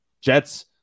Jets